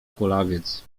kulawiec